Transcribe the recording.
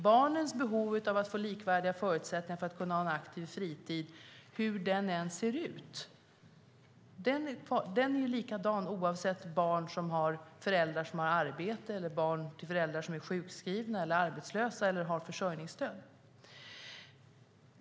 Barnens behov av att få likvärdiga förutsättningar för att kunna ha en aktiv fritid är likadant oavsett om deras föräldrar har arbete eller är sjukskrivna, arbetslösa eller har försörjningsstöd.